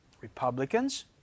Republicans